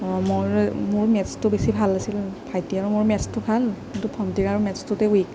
মোৰ মোৰ মেথচ্টো বেছি ভাল আছিল ভাইটিৰ আৰু মোৰ মেথচ্টো ভাল আৰু কিন্তু ভণ্টিৰ আৰু মেথচ্টোতে উইক